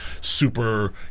super